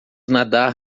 nadar